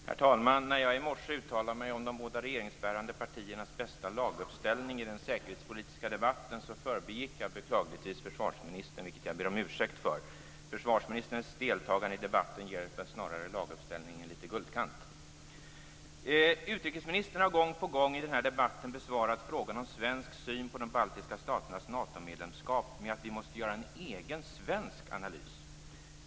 Herr talman! När jag i morse uttalade mig om de båda regeringsbärande partiernas bästa laguppställning i den säkerhetspolitiska debatten, förbigick jag beklagligtvis försvarsministern. Det ber jag om ursäkt för. Försvarsministerns deltagande i debatten ger väl snarare laguppställningen litet guldkant. Utrikesministern har gång på gång i den här debatten besvarat frågan om svensk syn på de baltiska staternas Natomedlemskap med att vi måste göra en egen svensk analys.